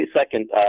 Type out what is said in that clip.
second